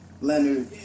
Leonard